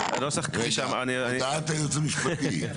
רגע הודעת היועץ המשפטי.